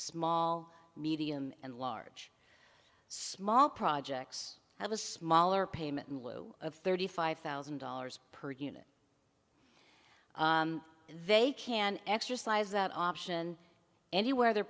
mall medium and large small projects have a smaller payment in lieu of thirty five thousand dollars per unit they can exercise that option anywhere their